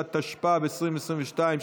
התשפ"ב 2022,